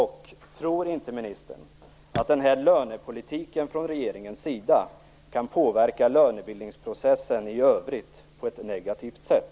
Tror inte ministern att denna lönepolitik från regeringens sida kan påverka lönebildningsprocessen i övrigt på ett negativt sätt?